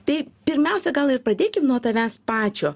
tai pirmiausia gal ir pradėkim nuo tavęs pačio